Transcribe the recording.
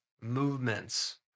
movements